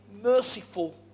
merciful